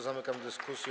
Zamykam dyskusję.